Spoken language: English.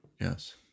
Yes